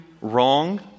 wrong